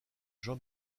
jean